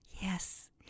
Yes